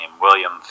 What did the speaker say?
William